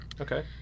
okay